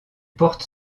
porte